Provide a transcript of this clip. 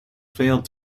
failed